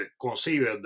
conceived